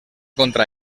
contra